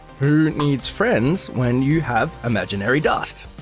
who needs friends when you have imaginary dust?